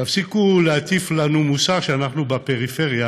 תפסיקו להטיף לנו מוסר שאנחנו בפריפריה